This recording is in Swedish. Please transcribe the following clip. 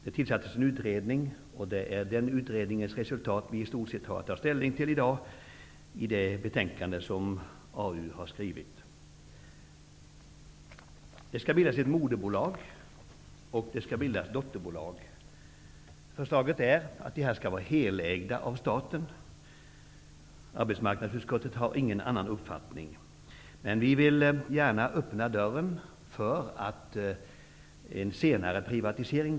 Det tillsattes en utredning, och det är i stort sett den utredningens resultat vi har att ta ställning till i dag i det betänkande arbetsmarknadsutskottet har skrivit. Det skall bildas ett moderbolag, och det skall bildas dotterbolag. Förslaget går ut på att de helt skall ägas av staten. Arbetsmarknadsutskottet har ingen annan uppfattning, men vi vill gärna hålla dörren öppen för en eventuell senare privatisering.